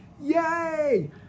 Yay